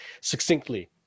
succinctly